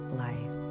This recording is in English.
life